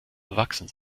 erwachsen